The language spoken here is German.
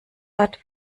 hat